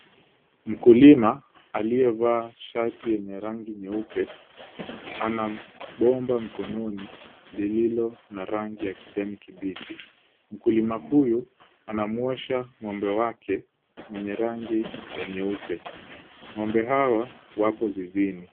Mkulima aliyevaa shati yenye rangi nyeupe ana bomba mkononi lililo na rangi ya kijani kibichi. Mkulima huyu anamuosha ng'ombe wake mwenye rangi ya nyeupe. Ng'ombe hawa wapo zizini.